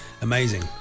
Amazing